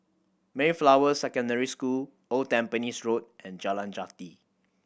Mayflower Secondary School Old Tampines Road and Jalan Jati